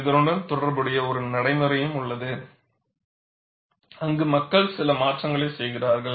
இதனுடன் தொடர்புடைய ஒரு நடைமுறையும் உள்ளது அங்கு மக்கள் சில மாற்றங்களைச் செய்கிறார்கள்